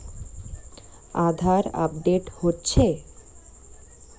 আধার update হচ্ছে?